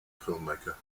filmmaker